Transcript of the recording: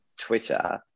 Twitter